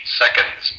seconds